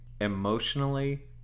Emotionally